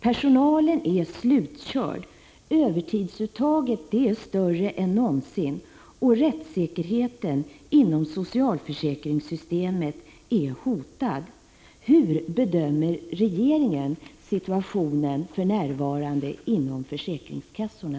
Personalen är slutkörd, övertidsuttaget är större än någonsin och rättssäkerheten inom socialförsäkringssystemet är hotad. Hur bedömer regeringen situationen för närvarande inom försäkringskassorna?